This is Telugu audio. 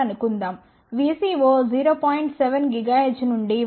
7 GHz నుండి 1